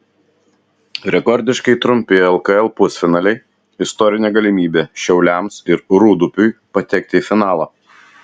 rekordiškai trumpi lkl pusfinaliai istorinė galimybė šiauliams ir rūdupiui patekti į finalą